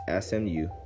SMU